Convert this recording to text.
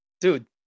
Dude